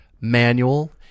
manual